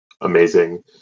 Amazing